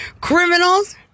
criminals